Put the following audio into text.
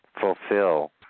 fulfill